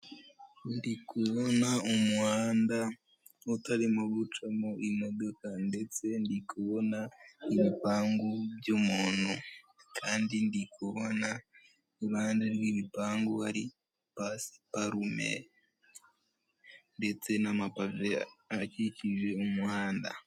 Ndikubona umuhanda utarimo gucamo imodoka, ndetse ndikubona ibipangu by'umuntu, kandi ndikubona iruhande rw'ibipangu hari pasiparume ndetse n'amapave akikije umuhanda.